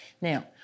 Now